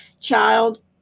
child